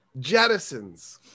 jettisons